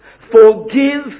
forgive